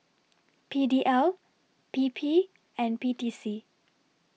P D L P P and P T C